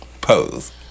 Pose